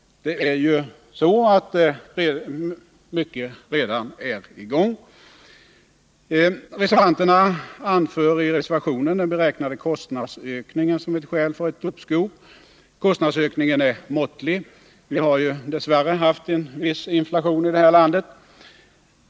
Det är ju mycket som redan är i gång. Reservanterna anför i reservationen den beräknade kostnadsökningen som ett skäl för uppskov. Kostnadsökningen är måttlig. Vi har ju dess värre haft en viss inflation i vårt land.